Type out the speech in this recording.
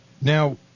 Now